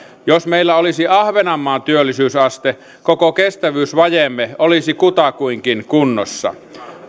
jos meillä olisi ahvenanmaan työllisyysaste koko kestävyysvajeemme olisi kutakuinkin kunnossa